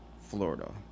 Florida